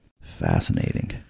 fascinating